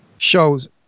shows